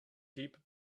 deep